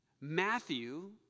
Matthew